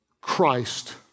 Christ